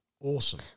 awesome